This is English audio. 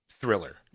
thriller